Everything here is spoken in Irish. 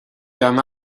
gan